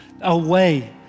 away